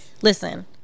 listen